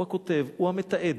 הוא הכותב, הוא המתעד,